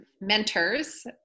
mentors